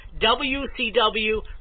WCW